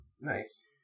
Nice